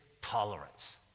tolerance